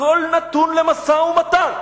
הכול נתון למשא-ומתן.